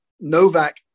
Novak